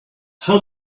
how